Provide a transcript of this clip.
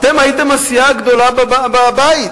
אתם הייתם הסיעה הגדולה בבית,